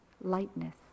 lightness